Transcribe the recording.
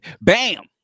Bam